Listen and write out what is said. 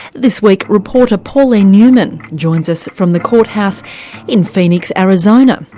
this week reporter pauline newman joins us from the courthouse in phoenix, arizona,